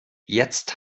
jetzt